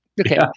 Okay